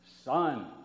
son